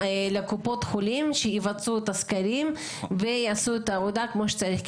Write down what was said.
לקופות החולים על מנת שיבצעו את הסקרים ויעשו את העבודה כמו שצריך.